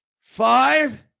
five